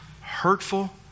hurtful